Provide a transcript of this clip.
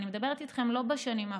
אני מדברת איתכם לא על השנים האחרונות,